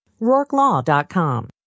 RourkeLaw.com